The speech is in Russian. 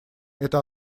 это